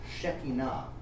shekinah